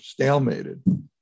stalemated